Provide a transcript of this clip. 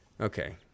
Okay